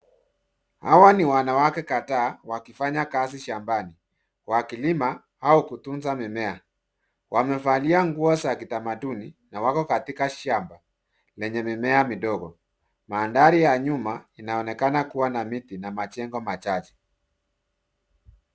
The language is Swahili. Hawa ni wanawake kadhaa wakifanya kazi shambani, wakilima au kutunza mimea. Wamevalia nguo za kitamaduni na wako katika shamba lenye mimea midogo. Mandhari ya nyuma inaonekana kuwa na miti na majengo machache.